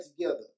together